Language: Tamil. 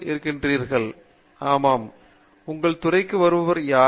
பேராசிரியர் பிரதாப் ஹரிதாஸ் உங்கள் துறைக்கு வருபவர் யார்